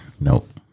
Nope